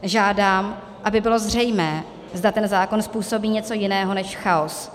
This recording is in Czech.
Žádám, aby bylo zřejmé, zda ten zákon způsobí něco jiného než chaos.